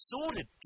Sorted